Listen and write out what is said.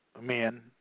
men